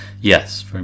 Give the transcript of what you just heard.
yes